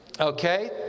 Okay